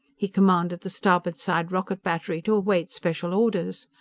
he commanded the starboard-side rocket-battery to await special orders.